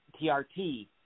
TRT